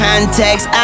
Context